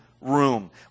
room